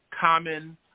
Common